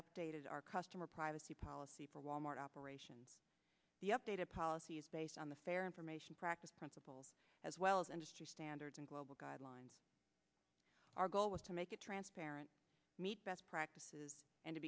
updated our customer privacy policy for wal mart operations the updated policies based on the fair information practice principle as well as industry standards and global guidelines our goal was to make it transparent meet best practices and to